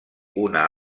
una